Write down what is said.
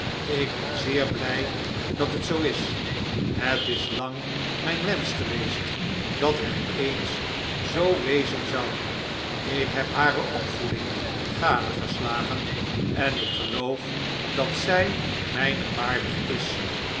ik ben zeer blij dat het zoo is het is lang mijn wensch geweest dat het eens zoo wezen zou ik heb hare opvoeding gadegeslagen en ik geloof dat zij mijner waardig is